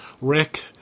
Rick